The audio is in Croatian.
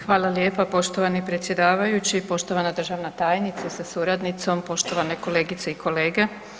Hvala lijepa, poštovani predsjedavajući, poštovana državna tajnice sa suradnicom, poštovane kolegice i kolege.